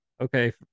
Okay